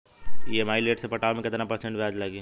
EMI late से पटावे पर कितना परसेंट ब्याज लगी?